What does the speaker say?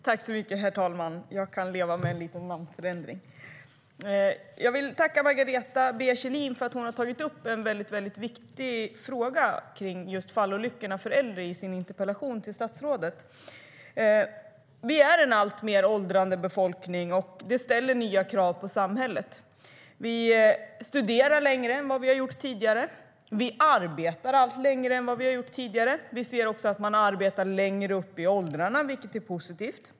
Herr talman! Jag vill tacka Margareta B Kjellin för att hon tagit upp den väldigt viktiga frågan om fallolyckorna bland äldre i sin interpellation till statsrådet. Vi är en alltmer åldrande befolkning, och det ställer nya krav på samhället. Vi studerar längre än vi gjort tidigare. Vi arbetar allt längre än tidigare. Vi arbetar även längre upp i åldrarna, vilket är positivt.